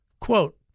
Quote